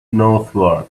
northward